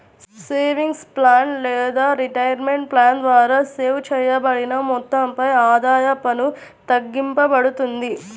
savings plan లేదా retirement plan ద్వారా save చేయబడిన మొత్తంపై ఆదాయ పన్ను తగ్గింపబడుతుంది